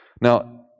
Now